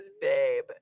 babe